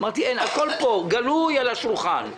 אמרתי: הכול פה גלוי על השולחן,